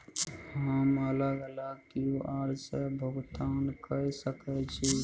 हम अलग अलग क्यू.आर से भुगतान कय सके छि?